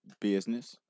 business